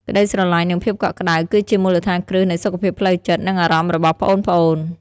ក្តីស្រឡាញ់ និងភាពកក់ក្តៅ គឺជាមូលដ្ឋានគ្រឹះនៃសុខភាពផ្លូវចិត្ត និងអារម្មណ៍របស់ប្អូនៗ។